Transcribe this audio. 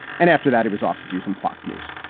and after that it was off to do some fox news.